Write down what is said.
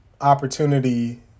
opportunity